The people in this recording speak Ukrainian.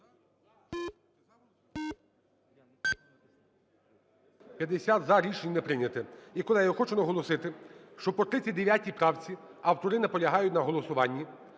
За-50 Рішення не прийнято. І, колеги, я хочу наголосити, що по 39 правці автори наполягають на голосуванні.